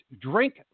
drink